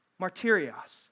Martyrios